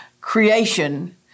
creation